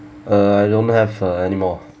uh I don't have uh anymore